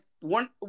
one